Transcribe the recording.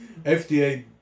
FDA